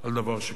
על דבר שכזה,